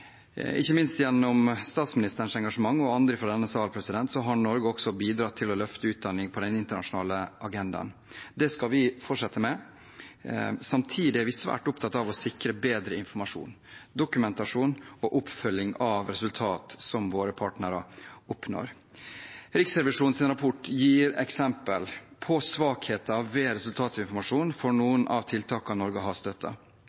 Ikke minst gjennom statsministerens engasjement og fra andre i denne sal har Norge også bidratt til å løfte utdanning på den internasjonale agendaen. Det skal vi fortsette med. Samtidig er vi svært opptatt av å sikre bedre informasjon, dokumentasjon og oppfølging av resultater som våre partnere oppnår. Riksrevisjonens rapport gir eksempel på svakheter ved resultatinformasjon for noen av tiltakene Norge har